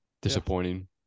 disappointing